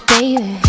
Baby